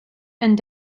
and